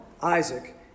Isaac